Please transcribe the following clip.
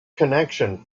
connection